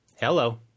Hello